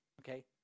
okay